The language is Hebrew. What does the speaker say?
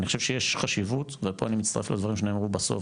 אני חושב שיש חשיבות ופה אני מצטרף לדברים שנאמרו בסוף,